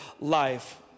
life